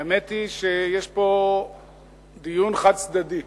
האמת היא שיש פה דיון חד-צדדי,